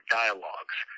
dialogues